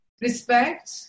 Respect